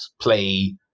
play